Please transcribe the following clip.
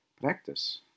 practice